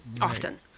often